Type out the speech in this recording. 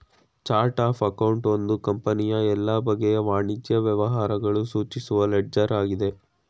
chart of account ಒಂದು ಕಂಪನಿಯ ಎಲ್ಲ ಬಗೆಯ ವಾಣಿಜ್ಯ ವ್ಯವಹಾರಗಳು ಸೂಚಿಸುವ ಲೆಡ್ಜರ್ ಆಗಿದೆ